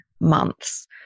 months